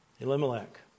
Elimelech